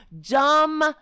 dumb